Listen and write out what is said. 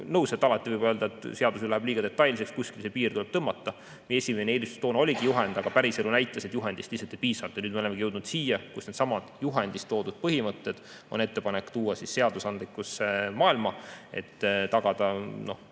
Nõus, et alati võib öelda, et seadus läheb liiga detailseks, kuskil see piir tuleb tõmmata. Meie esimene eelistus toona oligi juhend, aga päriselu näitas, et juhendist lihtsalt ei piisanud. Nüüd me olemegi jõudnud siia, kus on ettepanek needsamad juhendis toodud põhimõtted tuua seadusandlikku maailma, et tagada